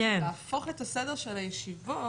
להפוך את הסדר של הישיבות,